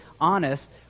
honest—